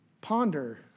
ponder